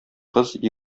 кыз